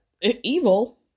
evil